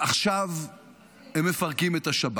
עכשיו הם מפרקים את השב"כ.